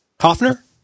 Hoffner